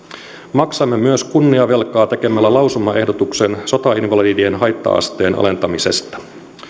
maksamme myös kunniavelkaa tekemällä lausumaehdotuksen sotainvalidien haitta asteen alentamisesta